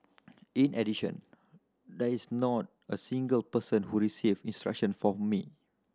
in addition there is not a single person who received instruction for me